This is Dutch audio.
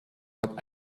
wat